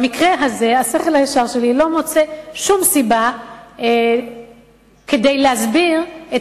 במקרה הזה השכל הישר שלי לא מוצא שום סיבה כדי להסביר את